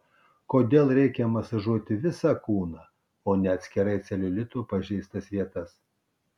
kodėl reikia masažuoti visą kūną o ne atskirai celiulito pažeistas vietas